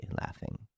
laughing